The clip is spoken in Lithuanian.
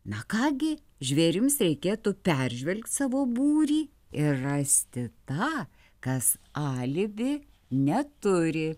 na ką gi žvėrims reikėtų peržvelgt savo būrį ir rasti tą kas alibi neturi